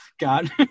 God